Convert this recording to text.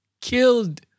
killed